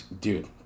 Dude